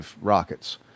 rockets